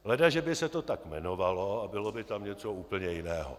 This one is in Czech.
Ledaže by se to tak jmenovalo a bylo by tam něco úplně jiného.